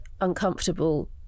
uncomfortable